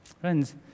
Friends